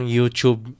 YouTube